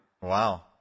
Wow